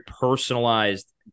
personalized